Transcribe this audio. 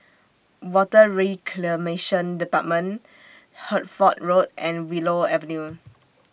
Water Reclamation department Hertford Road and Willow Avenue